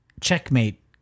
checkmate